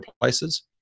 places